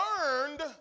learned